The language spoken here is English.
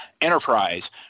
Enterprise